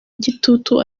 igitugu